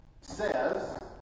says